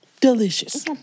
Delicious